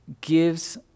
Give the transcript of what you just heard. gives